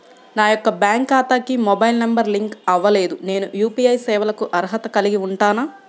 నా యొక్క బ్యాంక్ ఖాతాకి మొబైల్ నంబర్ లింక్ అవ్వలేదు నేను యూ.పీ.ఐ సేవలకు అర్హత కలిగి ఉంటానా?